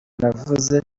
navuze